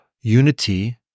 unity